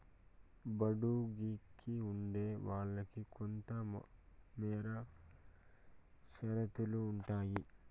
బాడుగికి ఉండే వాళ్ళకి కొంతమేర షరతులు ఉంటాయి